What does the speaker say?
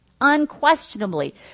unquestionably